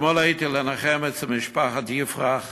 אתמול הייתי לנחם אצל משפחת יפרח